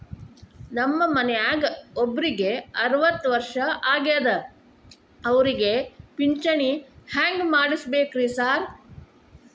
ನಮ್ ಮನ್ಯಾಗ ಒಬ್ರಿಗೆ ಅರವತ್ತ ವರ್ಷ ಆಗ್ಯಾದ ಅವ್ರಿಗೆ ಪಿಂಚಿಣಿ ಹೆಂಗ್ ಮಾಡ್ಸಬೇಕ್ರಿ ಸಾರ್?